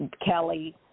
Kelly